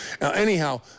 Anyhow